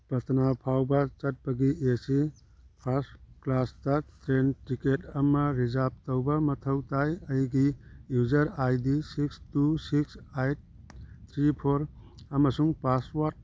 ꯄꯠꯇꯅꯥ ꯐꯥꯎꯕ ꯆꯠꯄꯒꯤ A C first class train ticket ꯑꯃ ꯔꯤꯖꯥꯔꯕ ꯇꯧꯕ ꯃꯊꯧ ꯇꯥꯏ ꯑꯩꯒꯤ user I D six two six eight three four ꯑꯃꯁꯨꯡ ꯄꯥꯁꯋꯥꯔꯗ